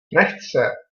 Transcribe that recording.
nechce